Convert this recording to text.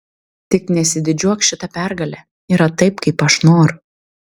tik nesididžiuok šita pergale yra taip kaip aš noriu